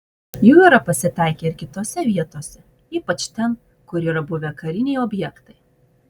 jų yra pasitaikę ir kitose vietose ypač ten kur yra buvę kariniai objektai